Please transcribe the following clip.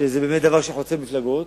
שזה דבר שחוצה מפלגות,